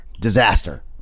Disaster